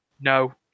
no